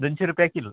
दोनशी रुपया किलो